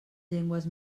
llengües